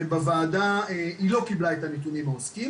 הוועדה היא לא קיבלה את כל הנתונים מהעוסקים,